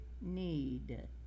need